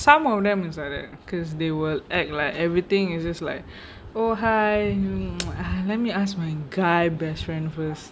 some of them is like that because they will act like everything is just like oh hi let me ask guy best friend first